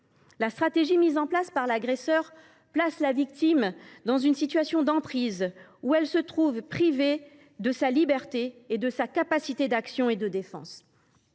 La stratégie mise en place par l’agresseur place la victime dans une situation d’emprise, où elle se trouve privée de sa liberté et de sa capacité d’action et de défense.